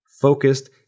focused